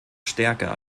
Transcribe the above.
stärker